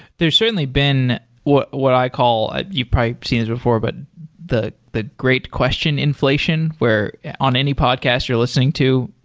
there's certainly been what what i call you probably seen it before, but the the great question inflation where on any podcast you're listening to,